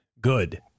good